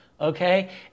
okay